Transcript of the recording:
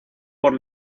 por